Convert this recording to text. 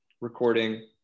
recording